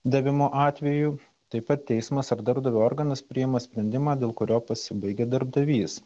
davimo atveju taip pat teismas ar darbdavio organas priima sprendimą dėl kurio pasibaigė darbdavys